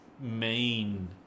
main